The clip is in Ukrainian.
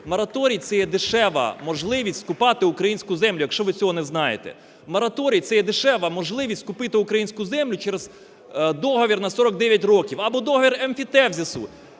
Мораторій – це є дешева можливість скупати українську землю, якщо ви цього не знаєте. Мораторій – це є дешева можливість купити українську землю через договір на 49 років або договір емфітевзису,